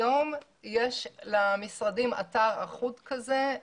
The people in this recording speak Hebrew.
היום יש למשרדים אתר אחוד כזה.